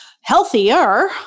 healthier